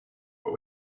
what